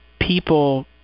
people